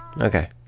Okay